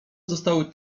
zostały